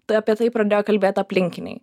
tai apie tai pradėjo kalbėt aplinkiniai